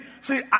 see